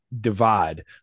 divide